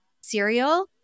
cereal